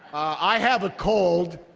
i have a cold,